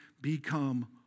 become